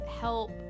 help